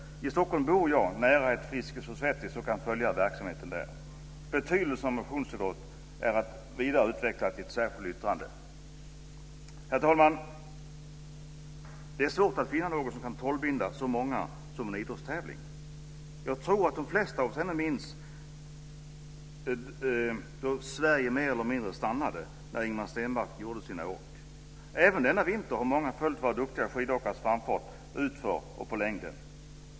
I Stockholm bor jag nära ett Friskis & Svettis och kan följa verksamheten där. Betydelsen av motionsidrott är vidare utvecklad i ett särskilt yttrande. Herr talman! Det är svårt att finna något som kan trollbinda så många som en idrottstävling. Jag tror att de flesta av oss ännu minns då Sverige mer eller mindre stannade när Ingemar Stenmark gjorde sina åk. Även denna vinter har många följt våra duktiga skidåkares framfart utför och på längden.